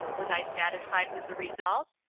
was i satisfied with the result?